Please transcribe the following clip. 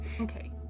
Okay